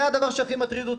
זה הדבר שהכי מטריד אותי.